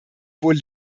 wohl